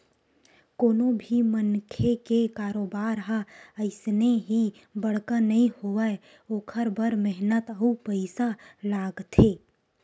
कोनो भी मनखे के कारोबार ह अइसने ही बड़का नइ होवय ओखर बर मेहनत अउ पइसा लागथे